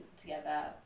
together